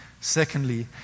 Secondly